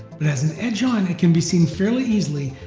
but as an edge on it can be seen fairly easily.